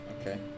Okay